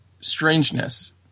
strangeness